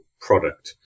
product